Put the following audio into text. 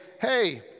hey